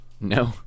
No